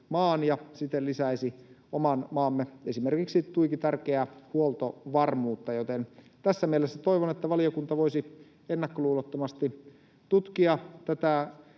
maan ja siten esimerkiksi lisäisi oman maamme tuiki tärkeää huoltovarmuutta. Tässä mielessä toivon, että valiokunta voisi ennakkoluulottomasti tutkia tätä